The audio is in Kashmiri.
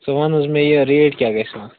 ژٕ وَن حظ مےٚ یہِ ریٹ کیٛاہ گَژھِ وۅںۍ